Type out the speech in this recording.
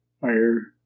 fire